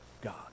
God